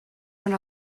són